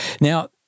Now